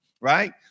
right